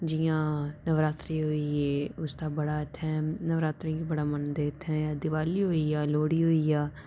जि'यां नवरात्रे होई गे उस दा बड़ा इत्थें नवरात्रें गी बड़ा मनदे इत्थें दिवाली होइया लोह्ड़ी होइया